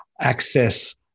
access